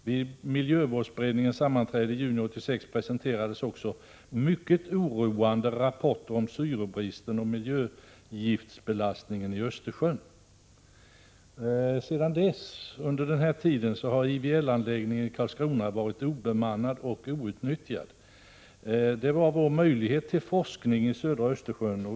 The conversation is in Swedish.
Vid miljövårdsberedningens sammanträde i juni 86 presenterades mycket oroande rapporter om syrebristen och miljögiftsbelastningen i Östersjön.” Under denna tid har IVL-anläggningen i Karlskrona varit obemannad och outnyttjad. Det var vår möjlighet till forskning i södra Östersjön.